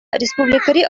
республикӑри